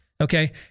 Okay